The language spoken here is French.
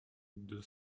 deux